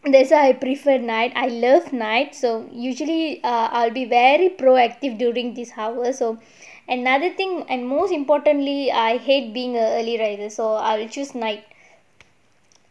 that's why I prefer night I love night so usually err I'll be very proactive during these hours so another thing and most importantly I hate being a early riser so I will choose night